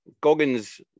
Goggins